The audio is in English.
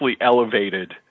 elevated